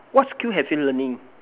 what skill have you learning